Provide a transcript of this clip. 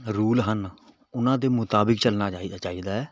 rule ਹਨ ਉਹਨਾਂ ਦੇ ਮੁਤਾਬਿਕ ਚੱਲਣਾ ਚਾਹੀਦਾ ਚਾਹੀਦਾ ਹੈ